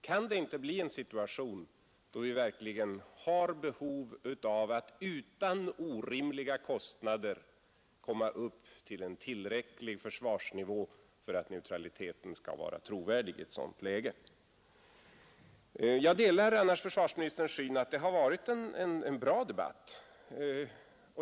Kan det inte uppstå en situation då vi verkligen har behov av att utan orimliga kostnader komma upp till en tillräcklig försvarsnivå för att neutraliteten skall vara trovärdig i ett sådant läge? Jag delar annars försvarsministerns uppfattning att det har varit en bra debatt.